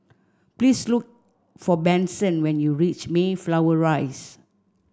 please look for Benson when you reach Mayflower Rise